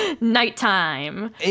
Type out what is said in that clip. Nighttime